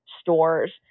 stores